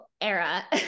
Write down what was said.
era